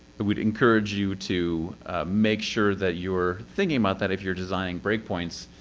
but would encourage you to make sure that you're thinking about that, if you're designing breakpoints.